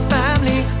family